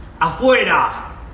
Afuera